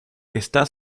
está